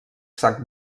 sac